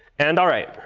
and all right,